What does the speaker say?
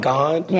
God